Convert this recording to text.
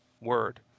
Word